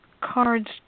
cards